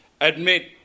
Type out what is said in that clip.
admit